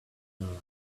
night